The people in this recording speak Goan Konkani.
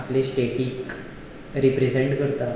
आपले स्टॅटीक रिप्रझेंट करता